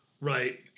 right